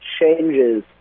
changes